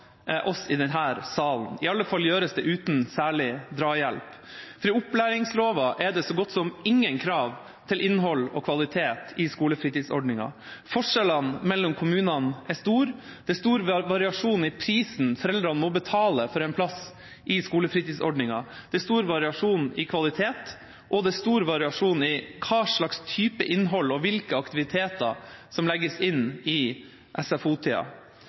oss i denne salen, iallfall gjøres det uten særlig drahjelp. I opplæringsloven er det så godt som ingen krav til innhold og kvalitet i skolefritidsordningen. Forskjellene mellom kommunene er stor. Det er stor variasjon i prisen foreldrene må betale for en plass i skolefritidsordningen, det er stor variasjon i kvalitet, og det er stor variasjon i hva slags type innhold og hvilke aktiviteter som legges inn i